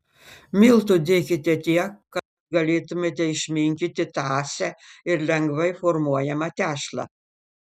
miltų dėkite tiek kad galėtumėte išminkyti tąsią ir lengvai formuojamą tešlą